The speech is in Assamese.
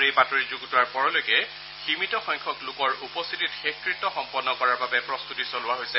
এই বাতৰি যুগুতোৱাৰ পৰলৈকে সীমিত সংখ্যক লোকৰ উপস্থিতিত শেষকৃত্য সম্পন্ন কৰাৰ বাবে প্ৰস্তুতি চলোৱা হৈছে